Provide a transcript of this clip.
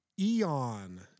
eon